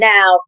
Now